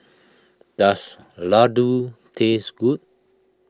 does Laddu taste good